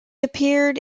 appeared